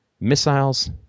missiles